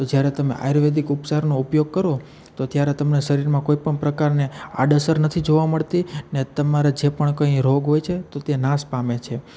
તો જ્યારે તમે આયુર્વેદિક ઉપચારનો ઉપયોગ કરો તો ત્યારે તમને શરીરમાં કોઈ પણ પ્રકારની આડઅસર નથી જોવા મળતી ને તમારે જે પણ કંઇ રોગ હોય છે તો તે નાશ પામે છે